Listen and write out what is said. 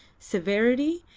severity,